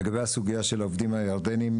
לגבי הסוגייה של העובדים הירדנים,